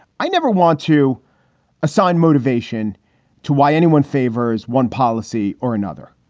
i never want to assign motivation to why anyone favors one policy or another.